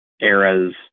eras